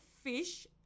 fish